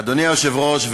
אדוני היושב-ראש,